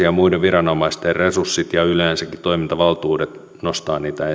ja muiden viranomaisten resurssit ja yleensäkin toimintavaltuudet nostaa niitä